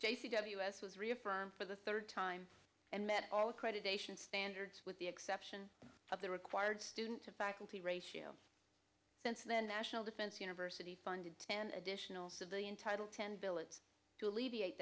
j c ws was reaffirmed for the third time and met all accreditation standards with the exception of the required student to faculty ratio since then national defense university funded an additional civilian title ten billets to alleviate